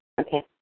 Okay